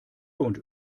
und